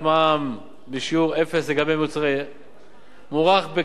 בשיעור אפס לגבי מוצרי יסוד מוערך ב-6 מיליארד שקלים,